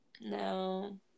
No